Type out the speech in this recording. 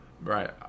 Right